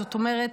זאת אומרת,